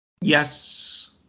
Yes